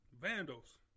vandals